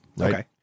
Okay